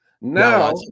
now